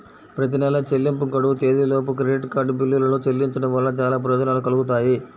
ప్రతి నెలా చెల్లింపు గడువు తేదీలోపు క్రెడిట్ కార్డ్ బిల్లులను చెల్లించడం వలన చాలా ప్రయోజనాలు కలుగుతాయి